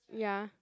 ya